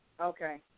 Okay